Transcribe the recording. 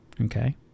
okay